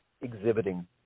exhibiting